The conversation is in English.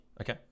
Okay